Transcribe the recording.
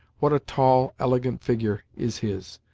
what a tall, elegant figure is his,